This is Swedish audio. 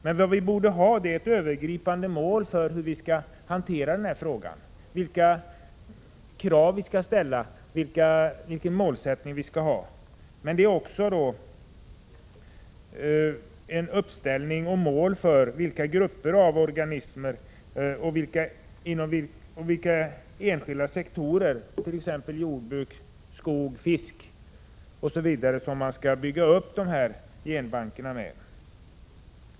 Men vi borde ha ett övergripande mål för hur vi skall hantera denna fråga, vilka krav vi skall ställa osv. Men det behövs också en uppställning av målen, vilka grupper, av organismer och vilka enskilda sektorer som skall omfattas —t.ex. jordbruk, skog och fiske — och som man skall bygga upp genbankerna med.